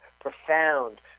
profound